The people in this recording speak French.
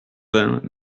vingt